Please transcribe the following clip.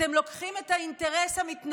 אתם לוקחים את האינטרס המתנחלי,